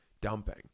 dumping